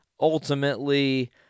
Ultimately